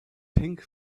pink